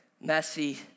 messy